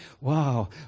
wow